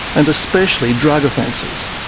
and especially drug offences.